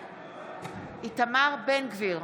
בעד איתמר בן גביר,